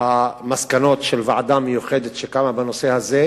יתפרסמו המסקנות של ועדה מיוחדת שקמה בנושא הזה,